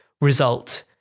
result